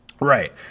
Right